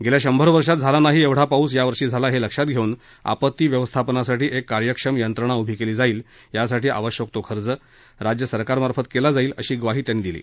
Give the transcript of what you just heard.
गेल्या शंभर वर्षात झाला नाही एवढा पाऊस यावर्षी झाला हे लक्षात घेऊन आपत्ती व्यवस्थापनासाठी एक कार्यक्षम यंत्रणा उभी केली जाईल त्यासाठी आवश्यक तो खर्च राज्य सरकारमार्फत केला जाईल अशी ग्वाही त्यांनी यावेळी दिली